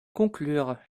conclure